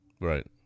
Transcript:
Right